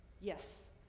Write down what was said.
yes